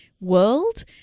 world